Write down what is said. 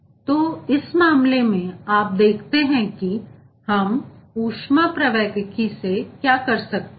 तो इस मामले में आप देखते हैं कि हम ऊष्मप्रवैगिकी से क्या कर सकते हैं